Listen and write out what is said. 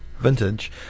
vintage